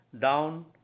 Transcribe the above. down